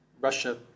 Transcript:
Russia